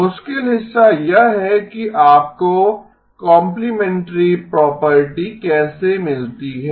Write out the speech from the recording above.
मुश्किल हिस्सा यह है कि आपको कोम्प्लेमेंट्री प्रॉपर्टी कैसे मिलती है